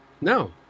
No